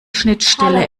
schnittstelle